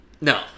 No